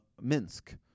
Minsk